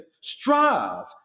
strive